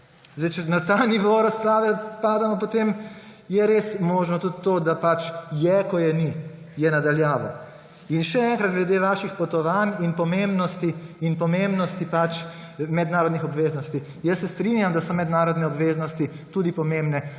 ni. Če na ta nivo razprave padamo, potem je res možno tudi to, da pač je, ko je ni, je na daljavo. Še enkrat glede vaših potovanj in pomembnosti mednarodnih obveznosti. Se strinjam, da so mednarodne obveznosti tudi pomembne,